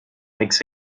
makes